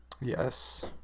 Yes